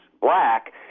black